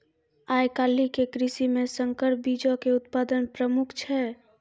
आइ काल्हि के कृषि मे संकर बीजो के उत्पादन प्रमुख छै